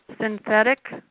synthetic